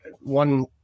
one